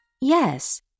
Yes